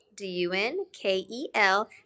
D-U-N-K-E-L